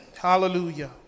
Hallelujah